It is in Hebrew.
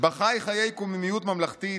" בה חי חיי קוממיות ממלכתית,